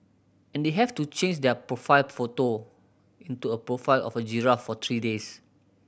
and they have to change their profile photo into a profile of a giraffe for three days